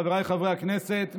חבריי חברי הכנסת,